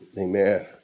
Amen